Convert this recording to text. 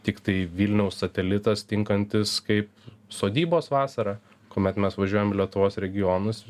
tiktai vilniaus satelitas tinkantis kaip sodybos vasarą kuomet mes važiuojam į lietuvos regionus